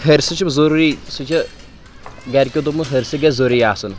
ۂرِسہٕ چھِو ضوٚرری سُہ چھِ گَرِکیو دوٚپمُت ۂرِسہٕ گژھِ ضوٚرری آسُن